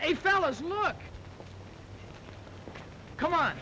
hey fellows look come on